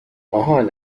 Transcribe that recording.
آهان